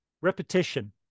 repetition